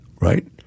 right